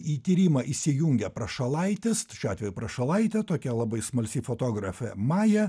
į tyrimą įsijungia prašalaitis šiuo atveju prašalaitė tokia labai smalsi fotografė maja